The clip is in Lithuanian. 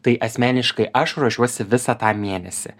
tai asmeniškai aš ruošiuosi visą tą mėnesį